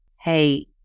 Hey